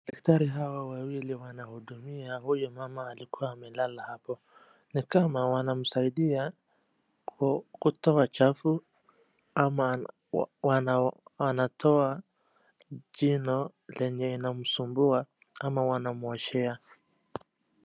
Daktari yawa wawili wanahudumia huyu mama alikuwa amelala hapo. Ni kama wanamsaidia kutoa uchafu ama wanatoa jino lenye linamsumbua ama wanamuoshea.